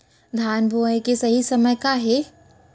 धान बोआई के सही समय का हे?